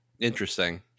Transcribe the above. Interesting